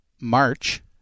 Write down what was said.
March